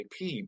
IP